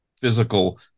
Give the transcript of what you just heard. physical